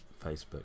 Facebook